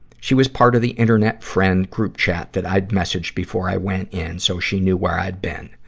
she was part of the internet friend group chat that i'd messaged before i went in, so she knew where i'd been.